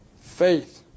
Faith